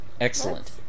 Excellent